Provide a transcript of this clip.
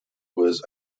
was